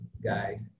guys